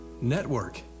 network